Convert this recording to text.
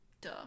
duh